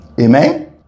Amen